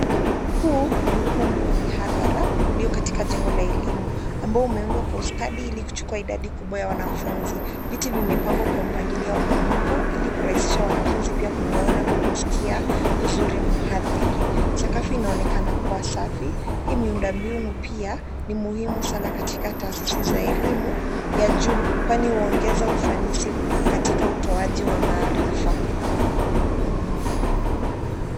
Huu ni ukumbi wa mihadhara, ulio katika jengo la elimu, ambao umeundwa kwa ustadi ilikuchukua idadi kubwa ya wanafunzi, viti vimepangwa kwa mpangilio wa mwinuko ilikurahisha wanafunzi pia kumwona na kumsikia, vizuri mhadhiri, sakafu inaonekana kuwa safi, hii miunda miunu pia, ni muhimu sana katika taasisi za elimu, ya juu, kwani huongeza ufanisi, katika utoaji wa maarifa.